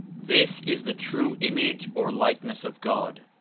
this is the true image or likeness of god.